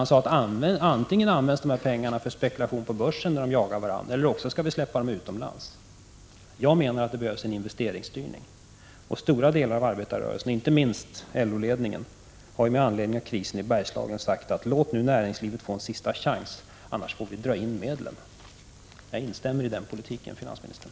Han sade där att antingen används de här pengarna för spekulation på börsen, där intressenterna jagar varandra, eller också skall vi låta dem gå utomlands. Jag menar att det behövs en investeringsstyrning. Stora delar av arbetarrörelsen, inte minst LO-ledningen, har ju med anledning av krisen i Bergslagen sagt: Låt nu näringslivet få en sista chans — annars måste vi dra in medlen. Jag ansluter mig till den politiken, finansministern.